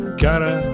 kara